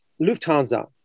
Lufthansa